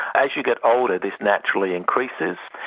as you get older this naturally increases.